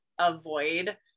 avoid